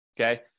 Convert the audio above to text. Okay